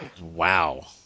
wow